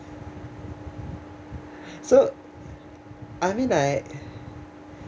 so I mean like